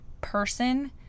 person